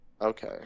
Okay